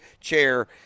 chair